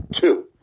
two